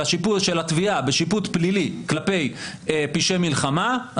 התביעה בשיפוט פלילי כלפי פשעי מלחמה,